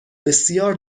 بسیار